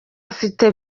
afite